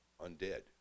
undead